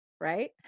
right